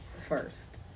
first